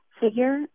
figure